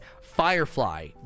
firefly